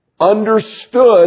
Understood